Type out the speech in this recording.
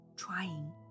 trying